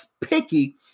picky